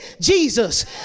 Jesus